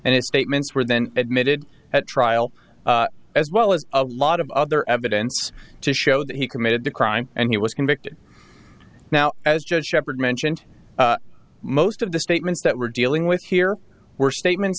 and it statements were then admitted at trial as well as a lot of other evidence to show that he committed the crime and he was convicted now as judge sheppard mentioned most of the statements that we're dealing with here were statements